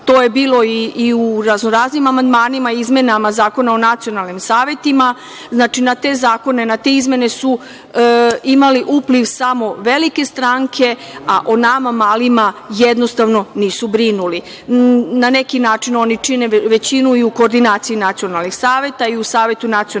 To je bilo i u razno-raznim amandmanima, izmenama Zakona o nacionalnim savetima. Znači, na te zakone, na te izmene su imale upliv samo velike stranke, a o nama, malima, jednostavno nisu brinuli. Na neki način, oni čine većinu i u koordinaciji nacionalnih saveta i u Savetu nacionalnih